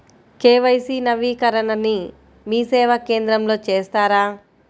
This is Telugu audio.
కే.వై.సి నవీకరణని మీసేవా కేంద్రం లో చేస్తారా?